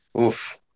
Oof